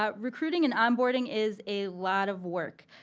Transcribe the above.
ah recruiting and onboarding is a lot of work.